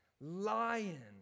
lion